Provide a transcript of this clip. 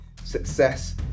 success